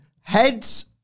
Heads